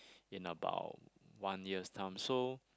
in about one year's time so